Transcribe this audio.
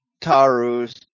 Tarus